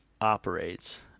operates